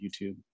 YouTube